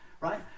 right